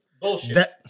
Bullshit